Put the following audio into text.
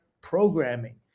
programming